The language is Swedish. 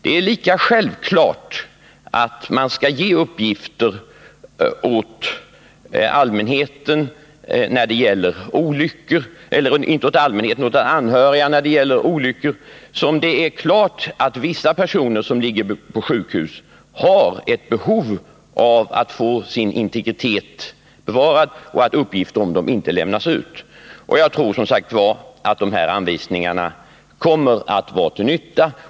Det är lika självklart att man skall ge uppgifter till anhöriga när det gäller olyckor som att vissa personer som ligger på sjukhus har behov av att få sin integritet bevarad och att uppgifter om dem inte lämnas ut. Jag tror som sagt att de här anvisningarna kommer att vara till nytta.